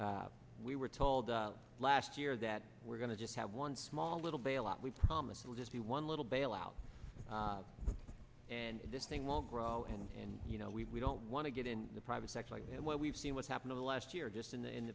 we were told last year that we're going to just have one small little bailout we promise it'll just be one little bailout and this thing will grow and you know we don't want to get in the private sector like what we've seen what's happened in the last year just in the in